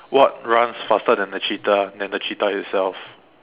what runs faster than a cheetah than the cheetah itself